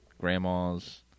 grandmas